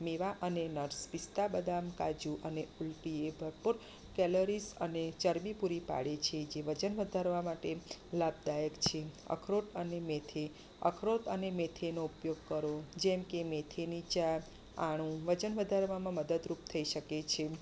મેવા અને નર્સ પિસ્તા બદામ અને કાજુ ઉલ્ટી એ ભરપુર કેલરીઝ અને ચરબી પૂરી પાડે છે જે વજન વધારવા માટે લાભદાયક છે અખરોટ અને મેથી અખરોટ અને મેથીનો ઉપયોગ કરો જેમકે મેથીની ચા આણું વજન વધારવામાં મદદરૂપ થઈ શકે છે